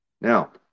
Now